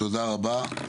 תודה רבה.